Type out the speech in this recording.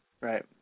Right